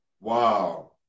Wow